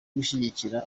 gushyigikira